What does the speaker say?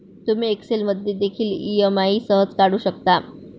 तुम्ही एक्सेल मध्ये देखील ई.एम.आई सहज काढू शकता